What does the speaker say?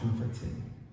comforting